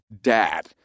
dad